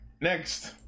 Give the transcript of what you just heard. next